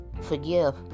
forgive